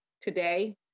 today